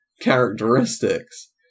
characteristics